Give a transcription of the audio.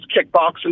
kickboxing